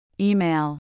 Email